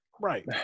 Right